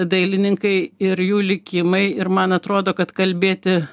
dailininkai ir jų likimai ir man atrodo kad kalbėti